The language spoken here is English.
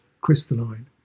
crystalline